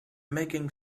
making